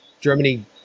Germany